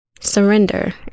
Surrender